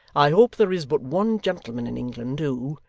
i hope there is but one gentleman in england who,